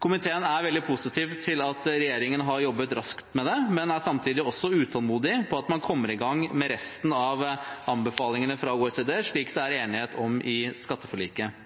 Komiteen er veldig positiv til at regjeringen har jobbet raskt med det, men er samtidig utålmodig med hensyn til å komme i gang med resten av anbefalingene fra OECD, slik det er enighet om i skatteforliket.